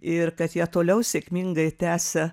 ir kad jie toliau sėkmingai tęsia